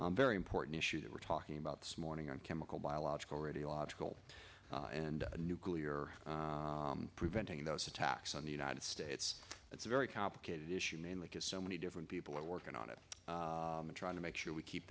very important issue that we're talking about this morning on chemical biological radiological and nuclear preventing those attacks on the united states it's a very complicated issue mainly because so many different people are working on it and trying to make sure we keep